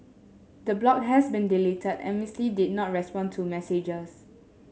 the blog has been deleted and Miss Lee did not respond to messages